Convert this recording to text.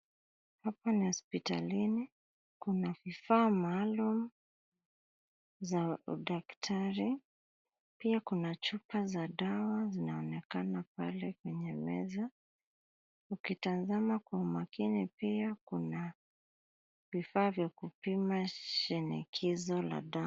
Hapa ni hospitalini. Kuna vifaa maalum, za udaktari. Pia kuna chupa za dawa zinaonekana pale kwenye meza. Ukitazama kwa umakini pia, kuna vifaa vya kupima shinikizo la damu.